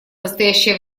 настоящее